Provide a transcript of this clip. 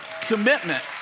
commitment